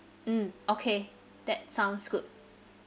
mm okay that sounds good